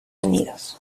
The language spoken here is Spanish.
unidos